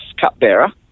cupbearer